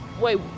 Wait